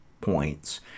points